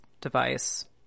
device